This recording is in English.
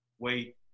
wait